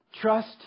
Trust